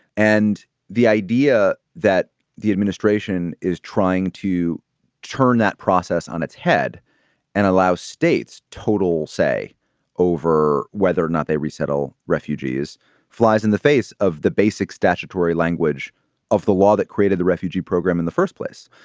and the idea that the administration is trying to turn that process on its head and allow states total say over whether or not they resettle refugees flies in the face of the basic statutory language of the law that created the refugee program in the first place.